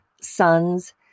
sons